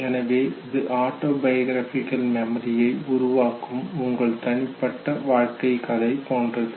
எனவே இது ஆட்டோபயோகிராபிகல் மெமரியை உருவாக்கும் உங்கள் தனிப்பட்ட வாழ்க்கை கதை போன்றது